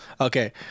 Okay